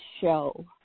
show